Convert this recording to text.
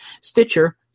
Stitcher